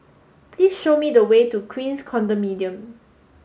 please show me the way to Queens Condominium